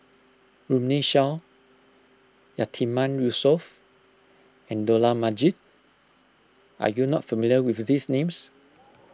Runme Shaw Yatiman Yusof and Dollah Majid are you not familiar with these names